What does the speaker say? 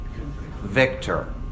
victor